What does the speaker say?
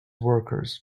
workers